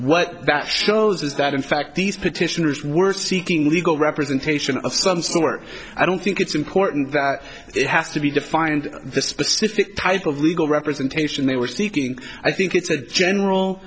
what that shows is that in fact these petitioners were seeking legal representation of some sort i don't think it's important that it has to be defined the specific type of legal representation they were seeking i think it's a general